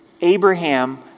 Abraham